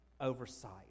oversight